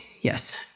yes